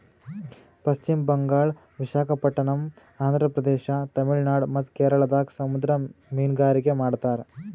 ಪಶ್ಚಿಮ್ ಬಂಗಾಳ್, ವಿಶಾಖಪಟ್ಟಣಮ್, ಆಂಧ್ರ ಪ್ರದೇಶ, ತಮಿಳುನಾಡ್ ಮತ್ತ್ ಕೇರಳದಾಗ್ ಸಮುದ್ರ ಮೀನ್ಗಾರಿಕೆ ಮಾಡ್ತಾರ